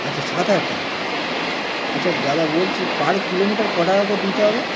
আচ্ছা সাত হাজার টাকা আচ্ছা দাদা বলছি পার কিলোমিটার ক টাকা করে দিতে হবে